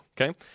Okay